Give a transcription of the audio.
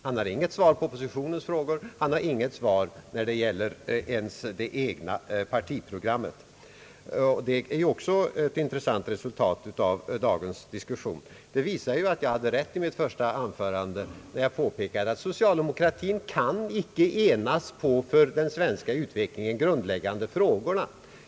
Han har inget svar på oppositionens frågor, han har inget svar ens när det gäller det egna partiprogrammet. Det är ju också ett intressant resultat av dagens diskussion. Det visar att jag hade rätt i mitt första anförande när jag påpekade att socialdemokratin inte kan enas på de för den svenska utvecklingen grundläggande frågorna.